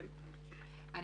גברתי היושבת ראש,